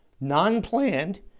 non-planned